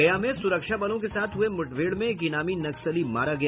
गया में सुरक्षा बलों के साथ हुये मुठभेड़ में एक इनामी नक्सली मारा गया